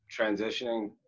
transitioning